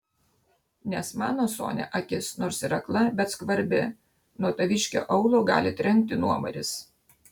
nes mano sonia akis nors ir akla bet skvarbi nuo taviškio aulo gali trenkti nuomaris